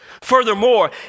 Furthermore